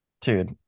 Dude